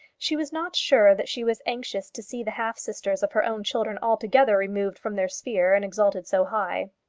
she was not sure that she was anxious to see the half-sister of her own children altogether removed from their sphere and exalted so high.